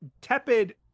tepid